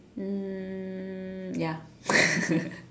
mm ya